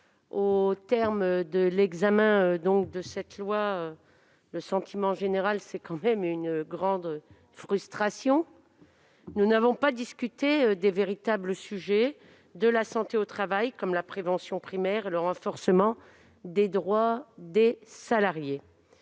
Au terme de l'examen de cette proposition de loi, notre sentiment général est une grande frustration. Nous n'avons pas discuté des véritables sujets de la santé au travail, comme la prévention primaire et le renforcement des droits des salariés.